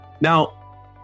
Now